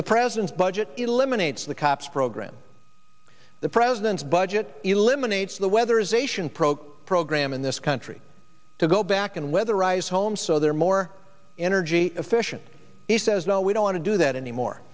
the president's budget eliminates the cops program the president's budget eliminates the weather zation program program in this country to go back and weatherize homes so they're more energy efficient he says no we don't want to do that anymore